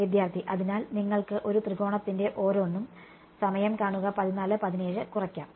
വിദ്യാർത്ഥി അതിനാൽ നിങ്ങൾക്ക് ഒരു ത്രികോണത്തിന്റെ ഓരോന്നും സമയം കാണുക 1417 കുറയ്ക്കാം